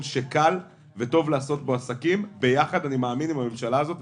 שקל וטוב לעשות בו עסקים ביחד עם הממשלה הזאת.